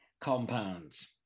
compounds